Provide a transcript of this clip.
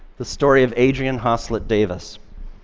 the story of adrianne haslet-davis.